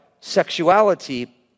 sexuality